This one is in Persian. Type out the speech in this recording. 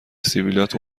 سبیلات